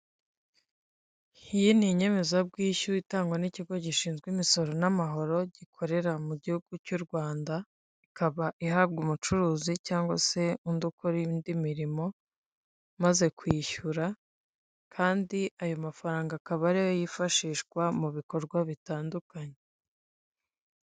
Iyi ni inyemezabwishyu itangwa n'ikigo gishinzwe imisoro n'amahoro gikorera mu gihugu cy'u Rwanda ikaba ihabwa umucuruzi cyangwa se undi ukora indi mirimo ,maze kwishyura kandi ayo mafaranga akaba ariyo yifashishwa mu bikorwa bitandukanye.